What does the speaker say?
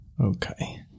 Okay